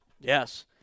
Yes